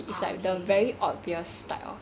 orh K